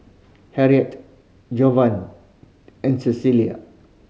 Henriette Jovani and